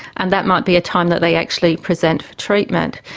and that might be a time that they actually present for treatment.